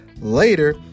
later